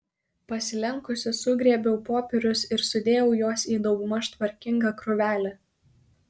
pasilenkusi sugrėbiau popierius ir sudėjau juos į daugmaž tvarkingą krūvelę